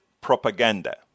Propaganda